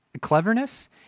cleverness